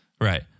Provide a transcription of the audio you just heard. Right